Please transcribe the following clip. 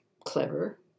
clever